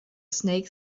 snake